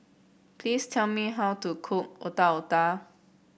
please tell me how to cook Otak Otak